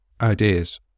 ideas